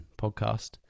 podcast